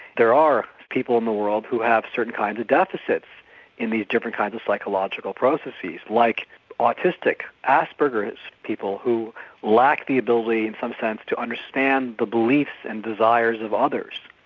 there are people in the world who have certain kinds of deficits in these different kinds of psychological processes. like autistic, asperger's people, who lack the ability in some sense to understand the beliefs and desires of others.